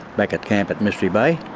back at camp at mystery bay.